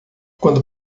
quando